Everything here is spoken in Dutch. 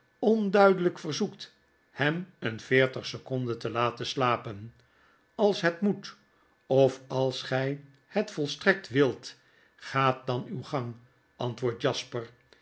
onduidelijk verzoekt hem een veertig seconden te laten slapen als het moet of als gij het volstrekt wilt ga dan uw gang antwoordt jasper